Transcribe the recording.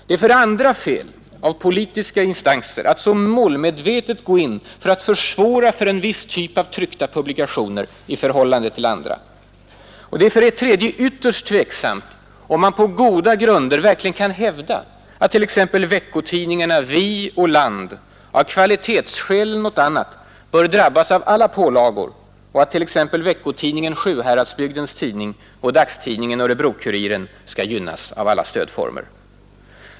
Det är för det andra fel av politiska instanser att så målmedvetet gå in för att försvåra för en viss typ av tryckta publikationer i förhållande till andra. Det är för det tredje ytterst tveksamt om man på goda grunder verkligen kan hävda att t.ex. veckotidningarna Vi och Land av kvalitetsskäl eller annat bör drabbas av alla pålagor och att t.ex. veckotidningen Sjuhäradsbygdens Tidning och dagstidningen Örebro-Kuriren skall gynnas av alla stödformer.